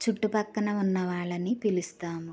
చుట్టుపక్కల ఉన్న వాళ్ళని పిలుస్తాము